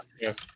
yes